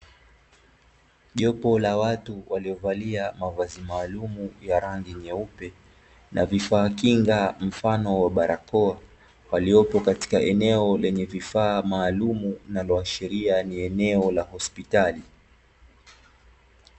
Jopo la watu waliovalia mavazi maalumu ya rangi nyeupe na vifaa kinga mfano wa barakoa, waliopo katika eneo lenye vifaa maalumu linaloashiria ni eneo la hospitali.